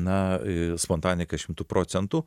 na spontanika šimtu procentų